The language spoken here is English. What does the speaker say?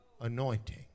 anointing